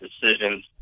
decisions